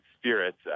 spirits